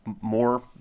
more